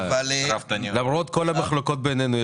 למרות כל המחלוקות בינינו,